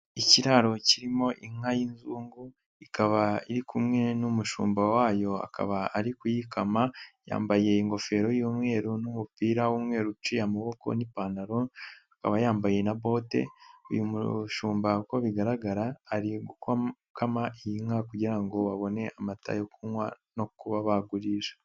Ikiraro kirimo inka y'inzungu ikaba iri kumwe n'umushumba wayo akaba ari kuyikama yambaye ingofero y'umweru n'umupira w'umweru uciye amaboko n'ipantaro, akaba yambaye na bote uyu mushumba ko bigaragara ari gukama iyi nka kugira ngo babone amata yo kunywa no kuba bagurisha.